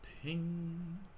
Ping